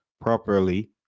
properly